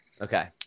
Okay